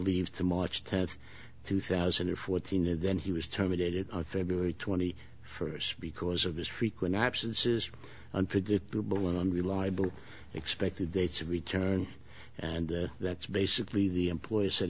leave to march tenth two thousand and fourteen and then he was terminated february twenty first because of his frequent absences unpredictable unreliable expected dates of return and that's basically the employees s